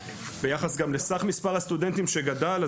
גם ביחס לסך מספר הסטודנטים שגדל.